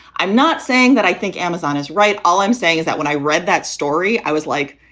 i'm not saying that i think amazon is right. all i'm saying is that when i read that story, i was like,